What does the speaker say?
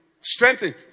strengthen